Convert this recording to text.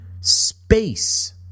space